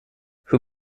who